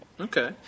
Okay